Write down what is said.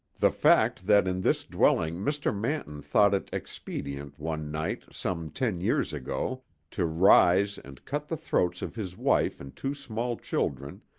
the fact that in this dwelling mr. manton thought it expedient one night some ten years ago to rise and cut the throats of his wife and two small children,